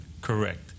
Correct